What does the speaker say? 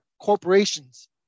corporations